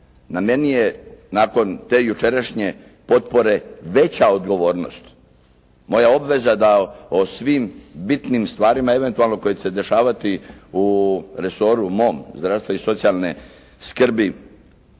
Na meni je nakon te jučerašnje potpore veća odgovornost, moja obveza da o svim bitnim stvarima eventualno koje će se dešavati u resoru mom, zdravstva i socijalne skrbi